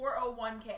401k